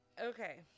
Okay